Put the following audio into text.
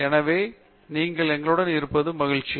எனவே நீங்கள் எங்களுடன் இருப்பது மகிழ்ச்சி